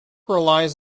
relies